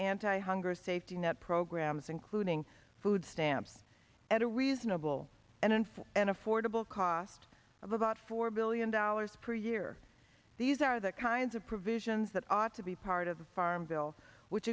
anti hunger safety net programs including food stamps at a reasonable and in full and affordable cost of about four billion dollars per year these are the kinds of provisions that ought to be part of the farm bill which